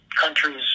countries